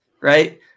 right